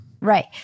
Right